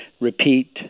repeat